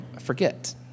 forget